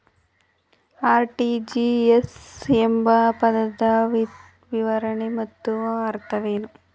RTGS ಎಂಬ ಪದದ ವಿವರಣೆ ಮತ್ತು ಅರ್ಥವೇನು?